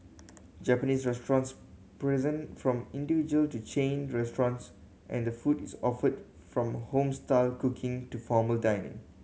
Japanese restaurants present from individual to chain restaurants and the food is offered from home style cooking to formal dining